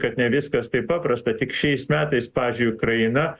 kad ne viskas taip paprasta tik šiais metais pavyzdžiui ukraina